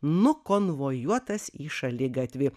nukonvojuotas į šaligatvį